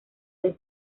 del